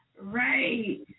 Right